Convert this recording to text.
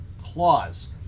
clause